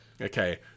Okay